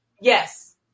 Yes